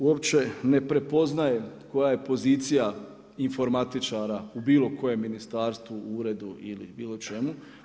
Uopće ne prepoznaje koja je pozicija informatičara u bilo koje ministarstvu, uredu ili bilo čemu.